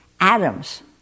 Atoms